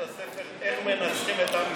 את הספר: איך מנצחים את עם ישראל.